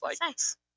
Nice